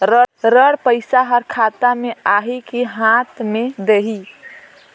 ऋण पइसा हर खाता मे आही की हाथ मे देही?